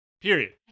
Period